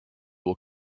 will